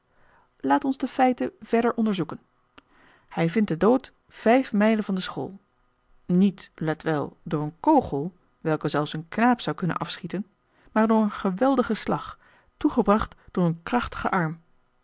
laat ons de feiten verder onderzoeken hij vindt den dood vijf mijlen van de school niet let wel door een kogel welke zelfs een knaap zou kunnen afschieten maar door een geweldigen slag toegebracht door een krachtigen arm